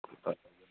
ꯍꯣꯏ